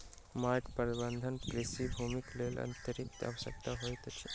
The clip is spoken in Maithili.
माइट प्रबंधन कृषि भूमिक लेल अत्यंत आवश्यक होइत अछि